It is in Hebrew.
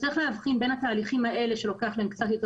צריך להבחין בין התהליכים האלה שלוקח להם קצת יותר